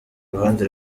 ruhande